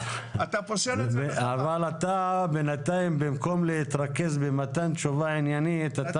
אבל במקום להתרכז במתן תשובה עניינית אתה